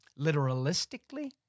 literalistically